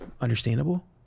understandable